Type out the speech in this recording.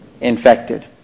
infected